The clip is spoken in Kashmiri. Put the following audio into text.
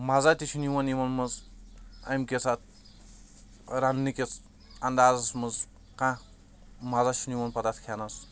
مَزا تہِ چھُنہٕ یَوان یَمن منٛز اَمہِ کِس اَتھ رَننٕکِس اَنٛدازَس منٛز کانٛہہ مَزا چھُنہٕ یَوَان پَتہٕ اَتھ کھٮ۪نَس